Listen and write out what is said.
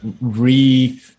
re